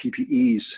PPEs